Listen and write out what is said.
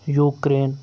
Ukraine